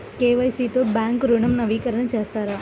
KYC తో bank ఋణం నవీకరణ చేస్తారా?